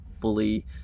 fully